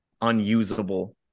unusable